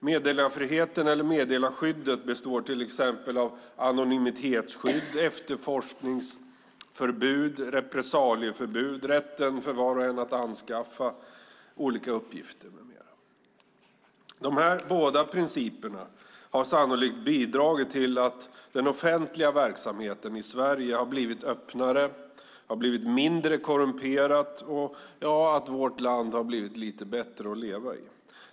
Meddelarfriheten eller meddelarskyddet består till exempel av anonymitetsskydd, efterforskningsförbud, repressalieförbud, rätten för var och en att anskaffa olika uppgifter med mera. Dessa båda principer har sannolikt bidragit till att den offentliga verksamheten i Sverige har blivit öppnare och mindre korrumperad och att vårt land har blivit lite bättre att leva i.